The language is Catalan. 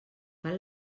val